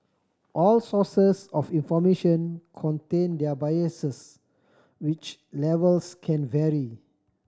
all sources of information contain their biases which levels can vary